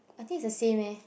I think it's the same eh